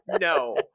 No